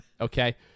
okay